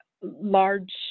large